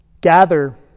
gather